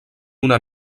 una